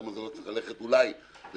למה זה לא צריך ללכת אולי לתשתיות,